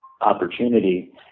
opportunity